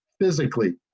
physically